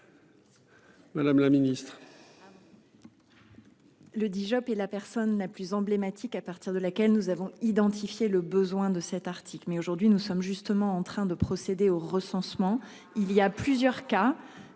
Madame la Ministre.